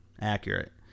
accurate